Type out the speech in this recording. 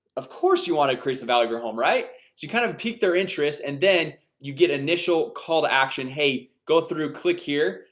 of course you want to crease the value of your home right you kind of piqued their interest and then you get initial call to action hey, go through click here,